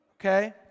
okay